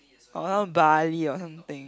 or some Bali or something